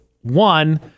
one